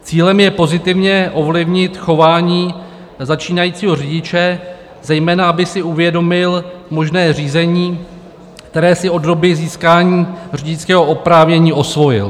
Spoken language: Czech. Cílem je pozitivně ovlivnit chování začínajícího řidiče, zejména aby si uvědomil možné řízení, které si od doby získání řidičského oprávnění osvojil.